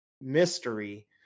mystery